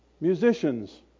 musicians